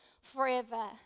forever